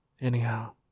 Anyhow